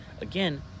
again